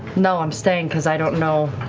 no, i'm staying because i don't know,